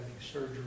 surgery